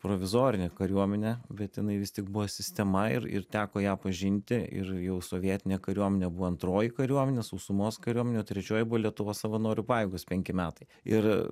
provizorinė kariuomenė bet jinai vis tik buvo sistema ir ir teko ją pažinti ir jau sovietinė kariuomenė buvo antroji kariuomenė sausumos kariuomenė o trečioji buvo lietuvos savanorių pajėgos penki metai ir